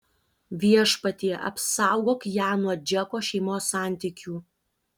viešpatie apsaugok ją nuo džeko šeimos santykių